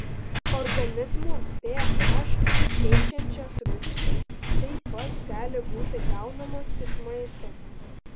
organizmo ph keičiančios rūgštys taip pat gali būti gaunamos iš maisto